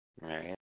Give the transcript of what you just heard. Right